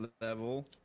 level